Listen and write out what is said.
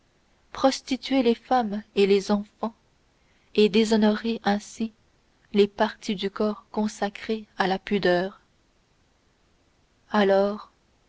prostituer les femmes et les enfants et déshonorer ainsi les parties du corps consacrées à la pudeur alors